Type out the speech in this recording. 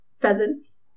Pheasants